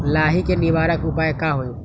लाही के निवारक उपाय का होई?